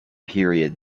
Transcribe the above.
period